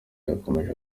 yakomeje